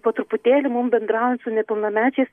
po truputėlį mum bendraujant su nepilnamečiais